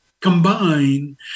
combine